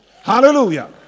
hallelujah